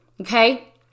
okay